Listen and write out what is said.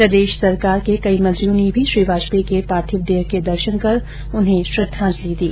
प्रदेश सरकार के कई मंत्रियों ने भी श्री वाजपेयी के पार्थिव देह के दर्शन कर उन्हें श्रद्वाजंलि दी